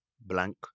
blank